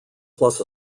plus